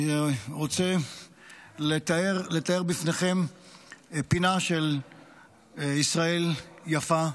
אני רוצה לתאר בפניכם פינה של ישראל יפה,